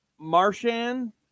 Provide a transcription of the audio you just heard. Marshan